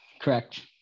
Correct